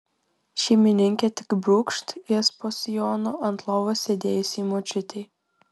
šeimininkė tik brūkšt jas po sijonu ant lovos sėdėjusiai močiutei